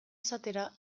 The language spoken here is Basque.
esatera